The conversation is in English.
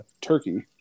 turkey